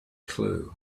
clue